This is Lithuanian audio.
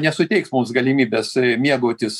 nesuteiks mums galimybės mėgautis